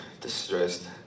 distressed